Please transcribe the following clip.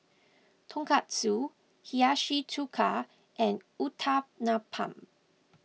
Tonkatsu Hiyashi Chuka and Uthapam